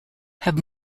have